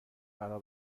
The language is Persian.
فرا